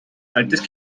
altes